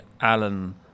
Alan